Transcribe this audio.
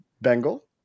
Bengal